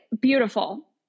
beautiful